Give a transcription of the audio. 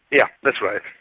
yeah that's right.